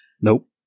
Nope